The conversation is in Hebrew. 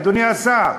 אדוני השר,